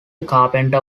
carpenter